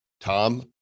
Tom